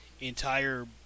entire